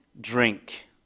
drink